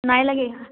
नाएं लॻे